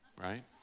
right